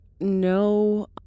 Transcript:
no